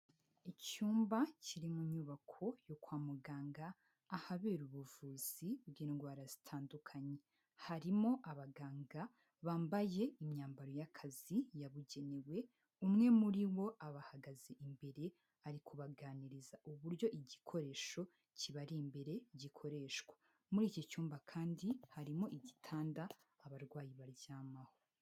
Icyumba kiri mu nyubako yo kwa muganga ahabera ubuvuzi bw'indwara zitandukanye harimo abaganga bambaye imyambaro y'akazi yabugenewe, umwe muri bo abahagaze imbere ari kubaganiriza uburyo igikoresho kibari imbere gikoreshwa, muri iki cyumba kandi harimo igitanda abarwayi baryamaho.